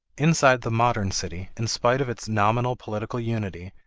inside the modern city, in spite of its nominal political unity,